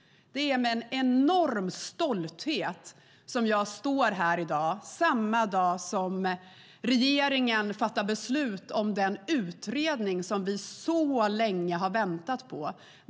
Det är med en enorm stolthet som jag står här i dag, samma dag som regeringen fattar beslut om den utredning som vi så länge har väntat på.